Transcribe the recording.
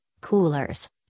coolers